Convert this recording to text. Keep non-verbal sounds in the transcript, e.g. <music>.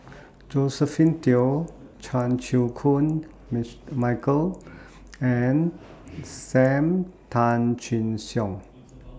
<noise> Josephine Teo Chan Chew Koon <unintelligible> Michael and SAM Tan Chin Siong <noise>